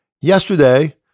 Yesterday